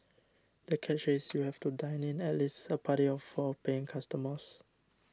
the catch is you have to dine in at least a party of four paying customers